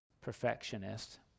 perfectionist